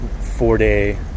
four-day